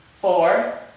four